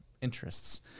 interests